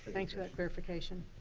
thanks for that verification.